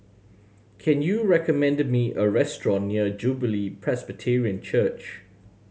can you recommend me a restaurant near Jubilee Presbyterian Church